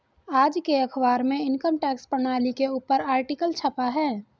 आज के अखबार में इनकम टैक्स प्रणाली के ऊपर आर्टिकल छपा है